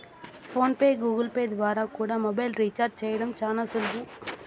phone pay, Google Pay ద్వారా కూడా mobile recharge చేయడం శానా సులువు